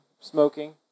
smoking